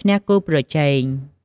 ឈ្នះគូប្រជែង។